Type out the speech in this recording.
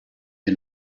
you